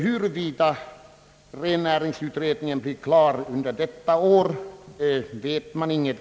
Huruvida rennäringsutredningen blir klar under detta år vet vi inte.